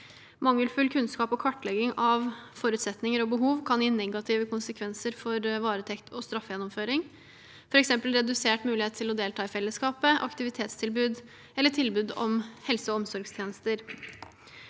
Mangelfull kunnskap og kartlegging av forutsetninger og behov kan gi negative konsekvenser for varetekt og straffegjennomføring, f.eks. redusert mulighet til å delta i fellesskapet, i aktivitetstilbud eller i tilbud om helse- og omsorgstjenester.